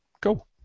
go